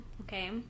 okay